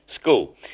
school